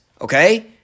Okay